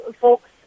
folks